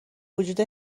وجود